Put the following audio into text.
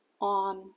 on